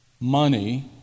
money